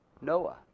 Noah